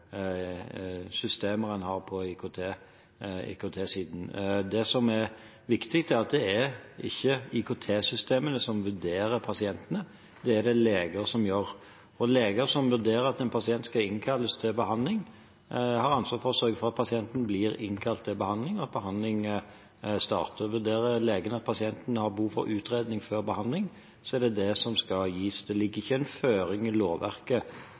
systemer en har på IKT-siden. Det som er viktig, er at det er ikke IKT-systemene som vurderer pasientene. Det er det leger som gjør, og leger som vurderer at en pasient skal innkalles til behandling, har ansvar for å sørge for at pasienten blir innkalt til behandling, og at behandling starter. Vurderer legen at pasienten har behov for utredning før behandling, er det det som skal gis. Det ligger ikke en føring i lovverket